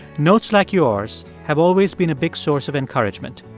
notes like yours have always been a big source of encouragement.